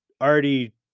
already